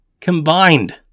combined